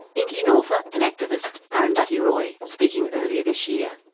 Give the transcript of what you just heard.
indian author and activist, arundhati roy, speaking earlier this year.